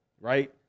Right